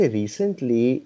recently